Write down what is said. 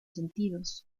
sentidos